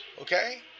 Okay